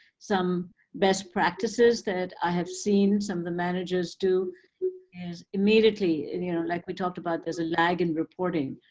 some best practices that i have seen some of the managers do is immediately you know like we talked about, there's a lag in reporting.